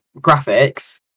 graphics